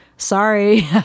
Sorry